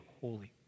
holy